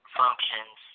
functions